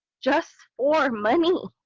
just for money.